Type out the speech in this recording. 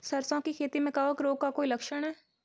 सरसों की खेती में कवक रोग का कोई लक्षण है?